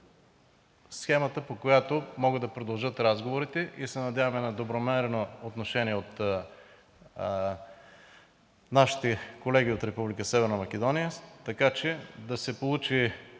схемата, по която могат да продължат разговорите. Надяваме се на добронамерено отношение от нашите колеги от Република Северна Македония, така че да се получи